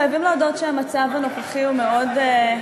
חייבים להודות שהמצב הנוכחי הוא מאוד,